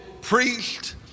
priest